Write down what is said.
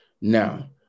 Now